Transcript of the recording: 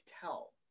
tell